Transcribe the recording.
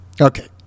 Okay